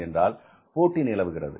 என்றால் போட்டி நிலவுகிறது